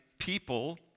people